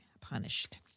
punished